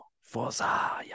Forza